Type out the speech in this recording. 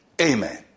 Amen